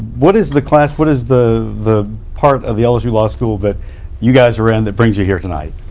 what is the class, what is the the part of the lsu law school that you guys are in that brings you here tonight?